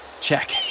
check